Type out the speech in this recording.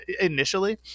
initially